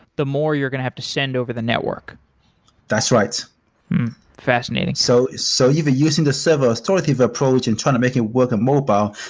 the more you're going to have to send over the network that's right fascinating. so so even using the server authoritative approach and trying to make it work on mobile,